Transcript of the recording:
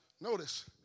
notice